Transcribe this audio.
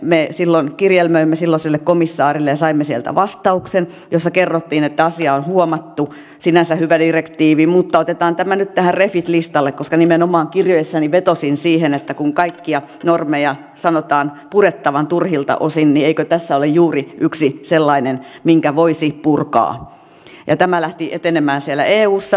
me silloin kirjelmöimme silloiselle komissaarille ja saimme sieltä vastauksen jossa kerrottiin että asia on huomattu sinänsä hyvä direktiivi mutta otetaan tämä nyt tähän refit listalle koska nimenomaan kirjeessäni vetosin siihen että kun kaikkia normeja sanotaan purettavan turhilta osin niin eikö tässä ole juuri yksi sellainen minkä voisi purkaa ja tämä lähti etenemään siellä eussa päin